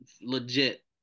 legit